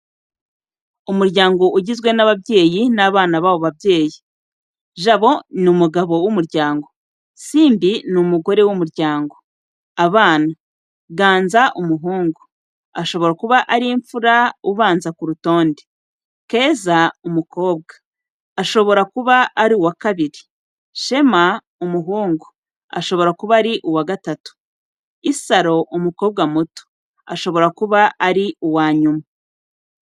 Umuryango ugizwe n’ababyeyi n’abana babo Ababyeyi : Jabo: Ni umugabo w'umuryango. Simbi: Ni umugore w'umuryango. Abana : Ganza: Umuhungu, ushobora kuba ari imfura ubanza ku rutonde. Keza: Umukobwa, ushobora kuba ari uwa kabiri. Shema: Umuhungu, ushobora kuba ari uwa gatatu. Isaro: Umukobwa muto, ushobora kuba ari uwa nyuma.